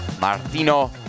Martino